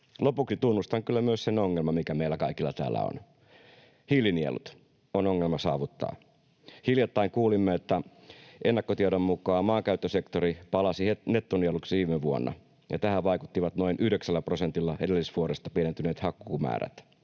Lopuksi tunnustan kyllä myös sen ongelman, mikä meillä kaikilla täällä on: hiilinielut ovat ongelma saavuttaa. Hiljattain kuulimme, että ennakkotiedon mukaan maankäyttösektori palasi nettonieluksi viime vuonna, ja tähän vaikuttivat noin yhdeksällä prosentilla edellisvuodesta pienentyneet hakkuumäärät.